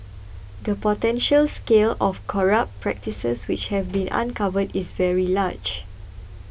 the potential scale of corrupt practices which have been uncovered is very large